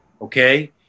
okay